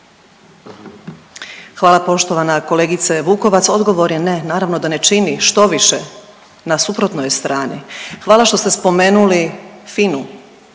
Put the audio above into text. Hvala poštovana kolegice Vukovac. Odgovor je ne, naravno da ne čini, štoviše na suprotnoj je strani. Hvala što ste spomenuli